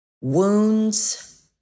wounds